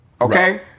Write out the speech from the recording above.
okay